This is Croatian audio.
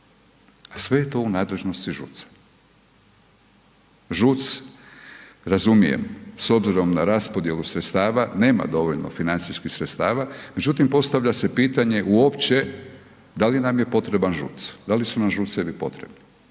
sve je to u nadležnosti ŽUC-a. ŽUC, razumijem s obzirom na raspodjelu sredstava, nema dovoljno financijskih sredstava međutim postavlja se pitanje uopće da li nam je potreban ŽUC, da li su nam ŽUC-evi potrebni?